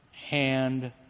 hand